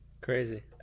Crazy